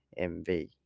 MV